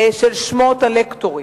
של שמות הלקטורים.